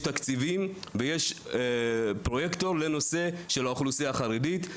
יש תקציבים ויש פרויקטור לנושא האוכלוסייה החרדית,